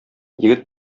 егет